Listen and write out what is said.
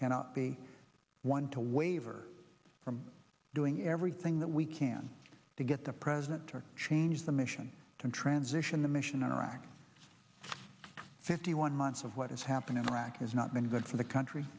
cannot be one to waver from doing everything that we can to get the president to change the mission to transition the mission in iraq fifty one months of what is happening in iraq is not good for the country